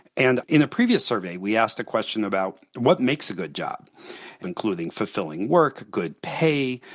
and in a previous survey, we asked a question about what makes a good job including fulfilling work, good pay,